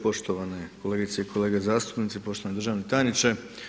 Poštovane kolegice i kolege zastupnici, poštovani državni tajniče.